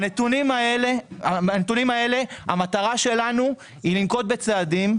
הנתונים האלה, המטרה שלנו היא לנקוט בצעדים.